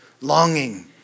longing